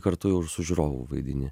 kartu jau ir su žiūrovu vaidini